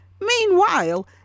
Meanwhile